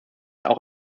auch